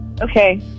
Okay